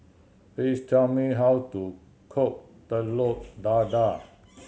please tell me how to cook Telur Dadah